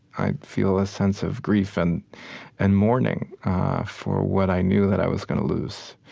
i'd feel a sense of grief and and mourning for what i knew that i was going to lose.